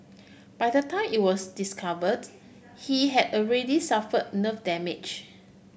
by the time it was discovered he had already suffer nerve damage